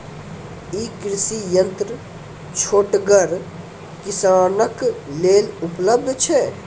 ई कृषि यंत्र छोटगर किसानक लेल उपलव्ध छै?